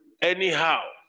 anyhow